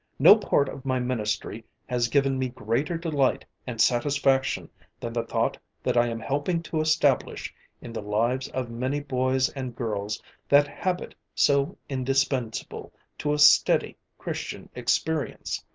no part of my ministry has given me greater delight and satisfaction than the thought that i am helping to establish in the lives of many boys and girls that habit so indispensable to a steady christian experience,